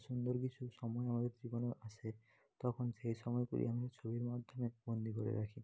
সুন্দর কিছু সময় আমাদের জীবনে আসে তখন সেই সময়গুলি আমরা ছবির মাধ্যমে বন্দি করে রাখি